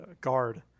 guard